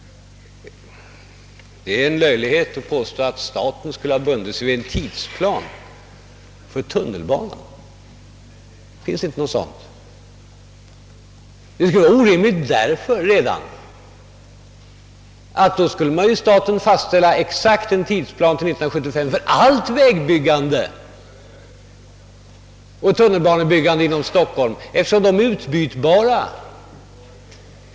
Det är löjligt att påstå att staten skulle ha bundit sig för en tidsplan för tunnelbanan. Det skulle vara orimligt redan av det skälet att staten då också hade bundit sig för att fastställa en exakt tidsplan fram till 1975 för allt vägoch tunnelbanebyggande i stockholmsområdet, eftersom det är utbytbart.